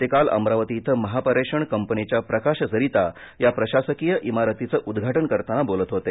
ते काल अमरावती इथं महापारेषण कंपनीच्या प्रकाश सरिता या प्रशासकीय इमारतीचं उद्घाटन करताना बोलत होते